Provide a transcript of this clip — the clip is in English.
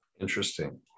interesting